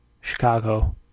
Chicago